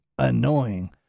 annoying